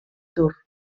dur